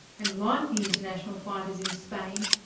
and like the international fighters in spain,